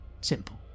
simple